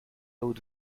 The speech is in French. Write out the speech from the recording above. haute